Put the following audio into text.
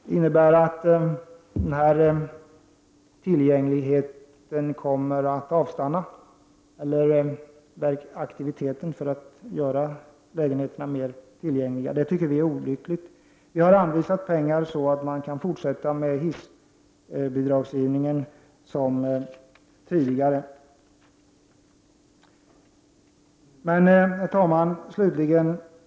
Det innebär att aktiviteterna för att göra lägenheter mer tillgängliga kommer att avstanna, och det tycker vi är olyckligt. Vi har anvisat pengar så att detta hissbidrag kan utgå som tidigare. Herr talman!